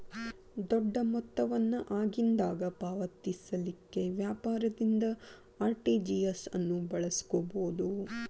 ದೊಡ್ಡ ಮೊತ್ತ ವನ್ನ ಆಗಿಂದಾಗ ಪಾವತಿಸಲಿಕ್ಕೆ ವ್ಯಾಪಾರದಿಂದ ಆರ್.ಟಿ.ಜಿ.ಎಸ್ ಅನ್ನು ಬಳಸ್ಕೊಬೊದು